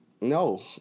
No